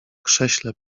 krześle